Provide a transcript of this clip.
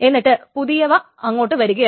എന്നിട്ട് പുതിയവ അങ്ങോട്ട് വരുകയാണ്